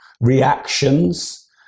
reactions